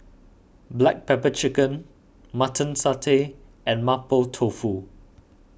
Black Pepper Chicken Mutton Satay and Mapo Tofu